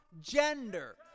gender